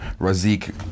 Razik